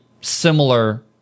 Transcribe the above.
similar